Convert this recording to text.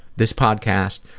this podcast,